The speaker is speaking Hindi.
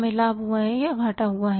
हमें लाभ हुआ या हमें घाटा हुआ